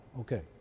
Okay